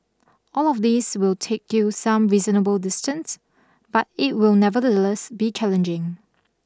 all of these will take you some reasonable distance but it will nevertheless be challenging